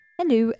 hello